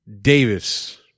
Davis